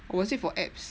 or was it for abs